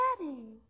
Daddy